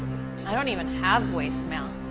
i don't even have voicemail.